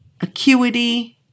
Acuity